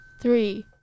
Three